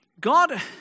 God